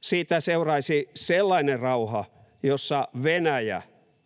Siitä seuraisi sellainen rauha, jossa Venäjä